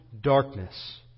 darkness